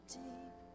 deep